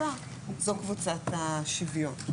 זו קבוצת השוויון.